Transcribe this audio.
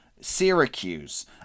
Syracuse